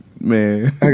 Man